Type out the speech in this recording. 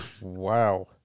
Wow